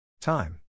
Time